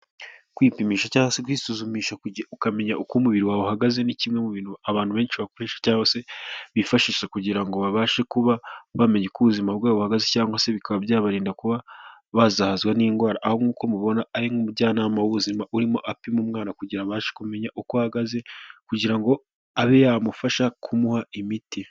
Kwipimisha cyangwa kwisuzumisha ukamenya uko umubiri wawe uhagaze, ni kimwe mu bintu abantu benshi bakoresha cyangwa se bifashisha kugira ngo babashe kuba bamenya uko ubuzima bwabo buhagaze, cyangwa se bikaba byabarinda kuba bazahazwa n'indwara, ahu nkuko mubibona ari nk'umujyanama w'ubuzima urimo apima umwana kugira ngo abashe kumenya uko ahagaze, kugira ngo abe yamufasha kumuha imiti.